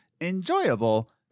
enjoyable